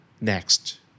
next